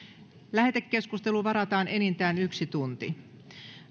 lähetekeskusteluun varataan enintään yksi tunti